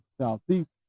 Southeast